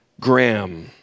Graham